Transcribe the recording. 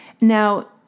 Now